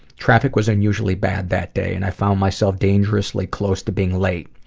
traffic was unusually bad that day, and i found myself dangerously close to being late.